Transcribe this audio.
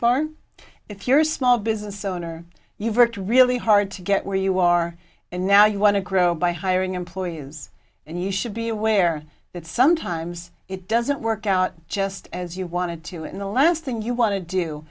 r if you're a small business owner you've worked really hard to get where you are and now you want to grow by hiring employees and you should be aware that sometimes it doesn't work out just as you wanted to in the last thing you want to do